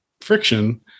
friction